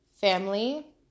family